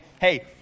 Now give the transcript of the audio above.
hey